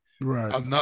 right